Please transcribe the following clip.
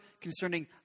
concerning